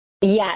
Yes